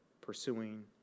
pursuing